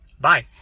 Bye